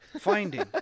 Finding